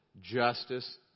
justice